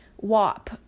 WAP